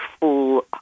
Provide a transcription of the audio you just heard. full